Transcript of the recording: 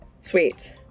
Sweet